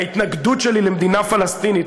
ההתנגדות שלי למדינה פלסטינית,